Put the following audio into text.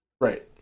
Right